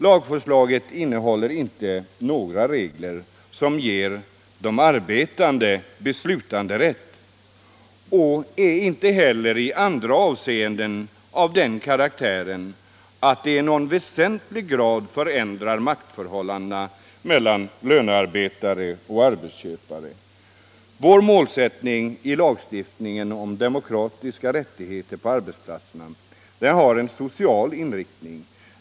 Lagförslaget innehåller inte några regler som ger de arbetande beslutanderätt och är inte heller i andra avseenden av sådan karaktär att det i någon väsentlig grad förändrar maktförhållandena mellan lönarbetare och arbetsköpare. Vår målsättning i lagstiftningen om demokratiska rättigheter på arbetsplatserna har en social inriktning.